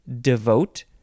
devote